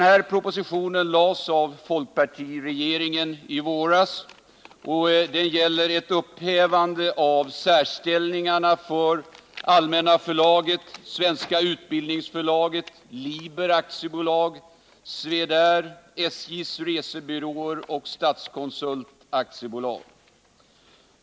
Denna proposition lades fram av folkpartiregeringen i våras, och den gäller ett upphävande av särställningarna för AB Allmänna Förlaget, Svenska Utbildningsförlaget Liber AB, Swedair AB, SJ:s resebyråer och Statskonsult AB.